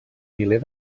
miler